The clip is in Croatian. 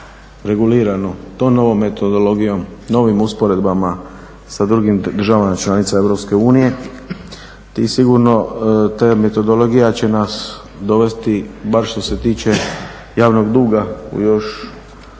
regulirano tom novom metodologijom, novim usporedbama sa drugim državama članicama EU. Te metodologije će nas dovesti, bar što se tiče javnog duga u još